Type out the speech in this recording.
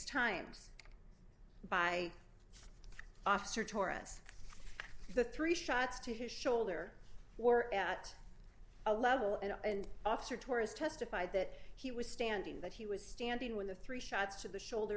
times by officer taurus the three shots to his shoulder were at a level and officer tourist testified that he was standing but he was standing when the three shots to the shoulder